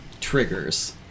triggers